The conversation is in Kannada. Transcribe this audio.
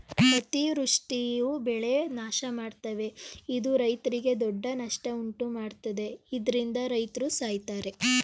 ಅತಿವೃಷ್ಟಿಯು ಬೆಳೆ ನಾಶಮಾಡ್ತವೆ ಇದು ರೈತ್ರಿಗೆ ದೊಡ್ಡ ನಷ್ಟ ಉಂಟುಮಾಡ್ತದೆ ಇದ್ರಿಂದ ರೈತ್ರು ಸಾಯ್ತರೆ